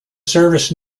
service